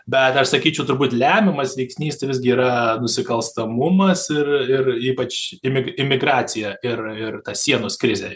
bet aš sakyčiau turbūt lemiamas veiksnys tai visgi yra nusikalstamumas ir ir ypač imi imigracija ir ir sienos krizė